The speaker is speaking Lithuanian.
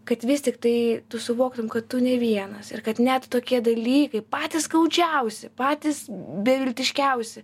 kad vis tiktai tu suvoktum kad tu ne vienas ir kad net tokie dalykai patys skaudžiausi patys beviltiškiausi